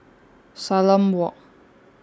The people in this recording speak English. Salam Walk